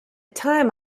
time